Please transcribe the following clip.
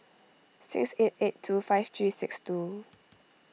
six eight eight two five three six two